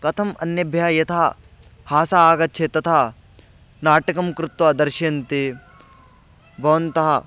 कथम् अन्येभ्यः यथा हासः आगच्छेत् तथा नाटकं कृत्वा दर्शयन्ति भवन्तः